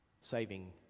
saving